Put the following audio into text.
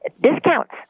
discounts